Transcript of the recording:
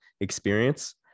experience